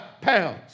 pounds